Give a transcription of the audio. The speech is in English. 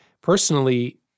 personally